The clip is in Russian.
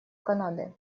канады